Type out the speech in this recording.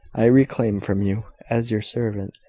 i reclaim from you, as your servant,